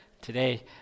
today